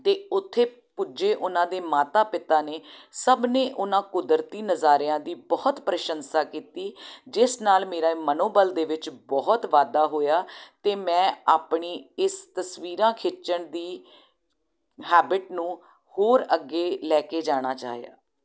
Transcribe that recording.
ਅਤੇ ਉੱਥੇ ਪੁੱਜੇ ਉਹਨਾਂ ਦੇ ਮਾਤਾ ਪਿਤਾ ਨੇ ਸਭ ਨੇ ਉਹਨਾਂ ਕੁਦਰਤੀ ਨਜ਼ਾਰਿਆਂ ਦੀ ਬਹੁਤ ਪ੍ਰਸ਼ੰਸਾ ਕੀਤੀ ਜਿਸ ਨਾਲ ਮੇਰਾ ਮਨੋਬਲ ਦੇ ਵਿੱਚ ਬਹੁਤ ਵਾਧਾ ਹੋਇਆ ਅਤੇ ਮੈਂ ਆਪਣੀ ਇਸ ਤਸਵੀਰਾਂ ਖਿੱਚਣ ਦੀ ਹੈਬਿਟ ਨੂੰ ਹੋਰ ਅੱਗੇ ਲੈ ਕੇ ਜਾਣਾ ਚਾਹਿਆ